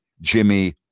Jimmy